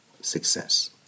success